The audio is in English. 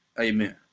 Amen